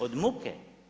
Od muke.